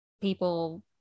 people